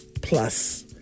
plus